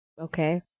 okay